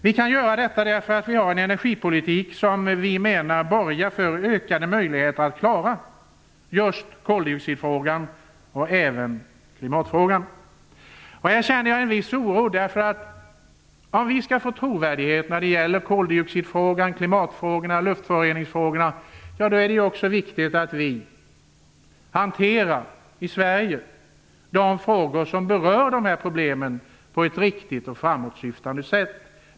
Vi kan göra det därför att vi har en energipolitik som vi menar borgar för ökade möjligheter att klara just koldioxidfrågan och även klimatfrågan. Men jag känner en viss oro. Om vi skall få trovärdighet i koldioxid och i klimatfrågan är det viktigt att vi i Sverige hanterar de frågor som berör dessa problem på ett riktigt och framåtsyftande sätt.